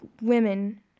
women